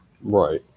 Right